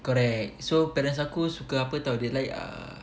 correct so parents aku suka apa [tau] they like err